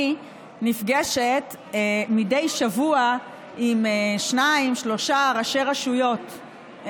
אני נפגשת מדי שבוע עם שניים-שלושה ראשי רשויות,